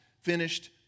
finished